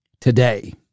today